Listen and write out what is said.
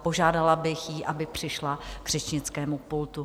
Požádala bych ji, aby přišla k řečnickému pultu.